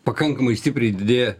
pakankamai stipriai didėja